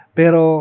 pero